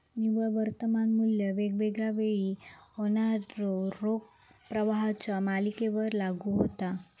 निव्वळ वर्तमान मू्ल्य वेगवेगळा वेळी होणाऱ्यो रोख प्रवाहाच्यो मालिकेवर लागू होता